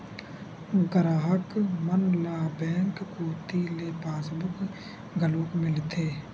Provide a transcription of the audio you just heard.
गराहक मन ल बेंक कोती ले पासबुक घलोक मिलथे